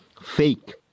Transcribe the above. fake